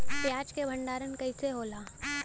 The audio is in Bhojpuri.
प्याज के भंडारन कइसे होला?